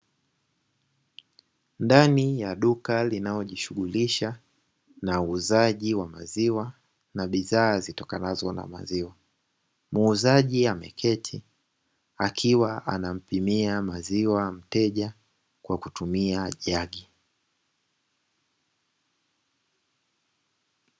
Ndani ya duka linalojishughulisha na uuzaji wa maziwa na bidhaa zitokanazo na maziwa, muuzaji akiwa ameketi akiwa anampimia mteja maziwa kwa kutumia jagi.